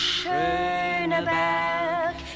Schöneberg